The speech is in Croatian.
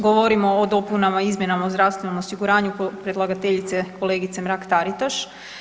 Govorimo o dopunama i izmjenama u zdravstvenom osiguranju, predlagateljica je kolegica Mrak-Taritaš.